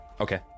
okay